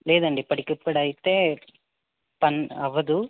లేదండి ఇప్పటికిప్పుడు అయితే పని అవ్వదు